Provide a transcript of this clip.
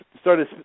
started